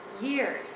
years